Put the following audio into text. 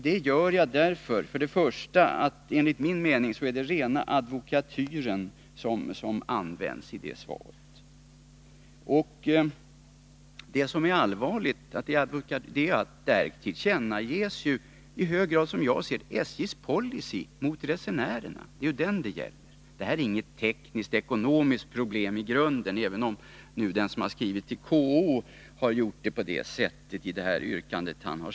Det har jag gjort först och främst därför att innehållet i detta svar är rena advokatyren. Det allvarliga i sammanhanget är att där tillkännages i hög grad SJ:s policy mot resenärerna, och det är den det gäller. Den KO-anmälan jag åberopat rör f. ö. i grunden inget tekniskt-ekonomiskt problem, även om den som har skrivit till KO har framställt saken på det sättet i sitt yrkande.